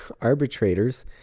arbitrators